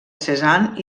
cézanne